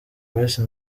grace